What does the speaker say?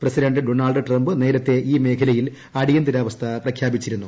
president Donald Trump നേരത്തെ ഈ മേഖലയിൽ അടിയന്തരാവസ്ഥ പ്രഖ്യാപിച്ചിരുന്നു